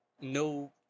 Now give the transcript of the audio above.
no